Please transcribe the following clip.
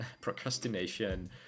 procrastination